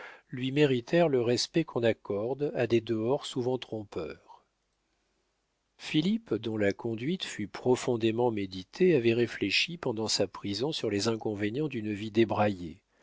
lui méritèrent le respect qu'on accorde à des dehors souvent trompeurs philippe dont la conduite fut profondément méditée avait réfléchi pendant sa prison sur les inconvénients d'une vie débraillée